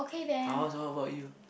I'll ask how about you